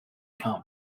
come